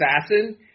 assassin